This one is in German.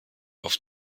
auf